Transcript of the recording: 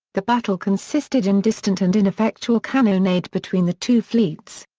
the battle consisted in distant and ineffectual cannonade between the two fleets.